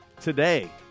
Today